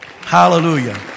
Hallelujah